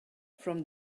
from